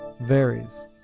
varies